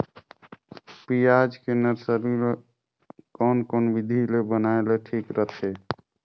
पियाज के नर्सरी ला कोन कोन विधि ले बनाय ले ठीक रथे?